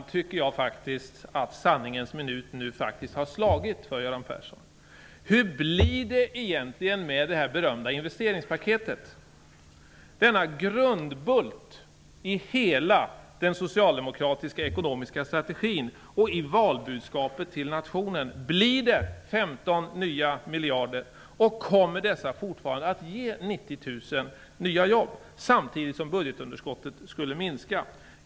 Jag tycker faktiskt att sanningens minut nu har slagit för Göran Persson. Hur blir det egentligen med det berömda investeringspaketet, denna grundbult i den socialdemokratiska strategin och i valbudskapet till nationen? Blir det 15 nya miljarder och kommer dessa fortfarande att ge 90 000 nya jobb samtidigt som budgetunderskottet skulle minska.